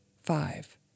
five